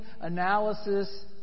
analysis